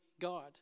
God